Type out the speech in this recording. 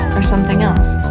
or something else.